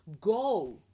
go